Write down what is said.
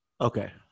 Okay